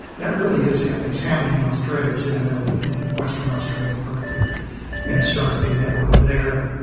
that really is happening. it's happening in australia too. i know that in western australia in perth they're going to start a big network there.